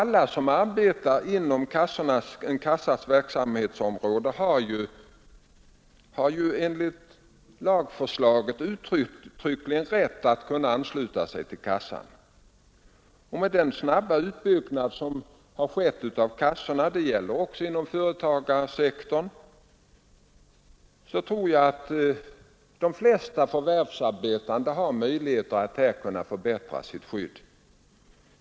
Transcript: Alla som arbetar inom en kassas verksamhetsområde har enligt lagförslaget uttryckligen rätt att ansluta sig till kassan. Med den snabba utbyggnad av kassorna, bl.a. inom företagarsektorn, som har skett kommer det att vara möjligt för de allra flesta förvärvsarbetande som så önskar att förbättra sitt skydd.